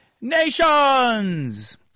Nations